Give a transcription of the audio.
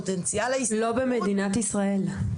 פוטנציאל ההשתכרות --- לא במדינת ישראל.